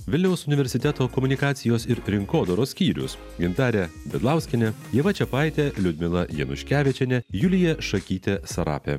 vilniaus universiteto komunikacijos ir rinkodaros skyrius gintarė bidlauskienė ieva čiapaitė liudmila januškevičienė julija šakytė sarapė